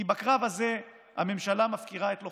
כי בקרב הזה הממשלה מפקירה את לוחמיה,